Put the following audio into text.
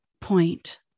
point